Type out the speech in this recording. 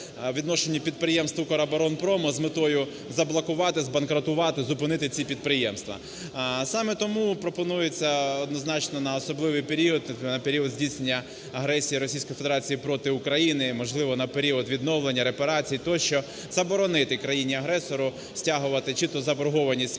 відношенню підприємств "Укроборонпрому" з метою заблокувати, збанкротувати, зупинити ці підприємства. Саме тому пропонується однозначно на особливий період, на період здійснення агресії Російською Федерацією проти України, можливо, на період відновлення, репарації тощо заборонити країні-агресору стягувати чи то заборгованість з підприємств